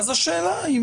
אז השאלה אם